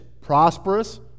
prosperous